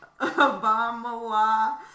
Obama